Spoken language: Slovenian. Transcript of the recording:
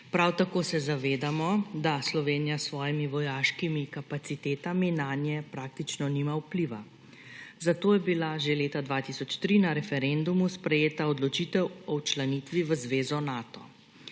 Prav tako se zavedamo, da Slovenija s svojimi vojaškimi kapacitetami nanje praktično nima vpliva, zato je bila že leta 2003 na referendumu sprejeta odločitev o včlanitvi v zvezo Nato.